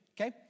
okay